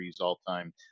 all-time